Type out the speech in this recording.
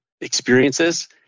experiences